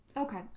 Okay